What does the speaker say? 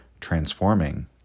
transforming